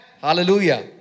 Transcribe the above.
Hallelujah